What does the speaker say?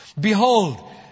Behold